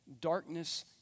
Darkness